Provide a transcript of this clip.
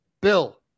Bill